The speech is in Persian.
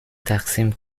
تقسیم